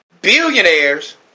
billionaires